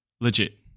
legit